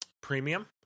Premium